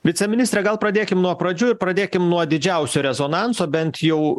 viceministre gal pradėkim nuo pradžių ir pradėkim nuo didžiausio rezonanso bent jau